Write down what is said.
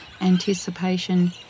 anticipation